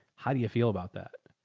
how do you feel about that?